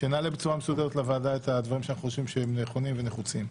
שנעלה בצורה מסודרת לוועדה את הדברים שאנחנו חושבים שהם נכונים ונחוצים.